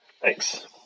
Thanks